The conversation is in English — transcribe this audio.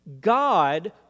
God